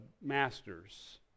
masters